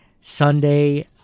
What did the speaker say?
Sunday